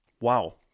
Wow